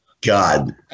God